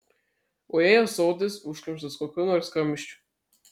o jei ąsotis užkimštas kokiu nors kamščiu